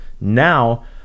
now